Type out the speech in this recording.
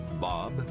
Bob